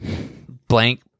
Blank